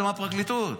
זה מהפרקליטות.